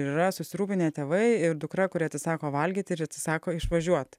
ir yra susirūpinę tėvai ir dukra kuri atsisako valgyt ir atsisako išvažiuot